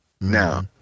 Now